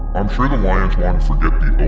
i'm sure the lions wanna forget the